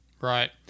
right